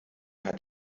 hat